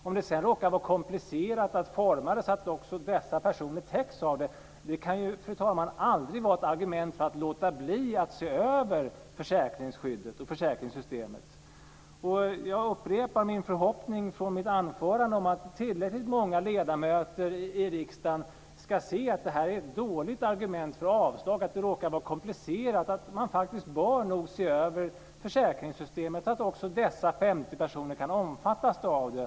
Om det sedan råkar vara komplicerat att forma systemet så att också dessa personer täcks av det kan, fru talman, aldrig vara ett argument för att låta bli att se över försäkringsskyddet och försäkringssystemet. Jag upprepar min förhoppning från mitt anförande om att tillräckligt många ledamöter i riksdagen ska se att det faktum att det råkar vara komplicerat är ett dåligt argument för avslag, och se att man bör se över försäkringssystemet så att också dessa 50 personer kan omfattas av det.